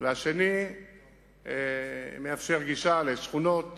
והשני מאפשר גישה לשכונות